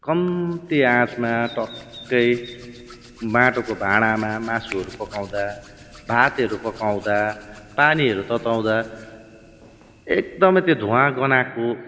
कम्ती आँचमा टक्कै माटोको भाँडामा मासुहरू पकाउँदा भातहरू पकाउँदा पानीहरू तताउँदा एकदमै त्यो धुवाँ गनाको